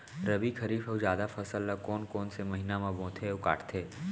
रबि, खरीफ अऊ जादा फसल ल कोन कोन से महीना म बोथे अऊ काटते?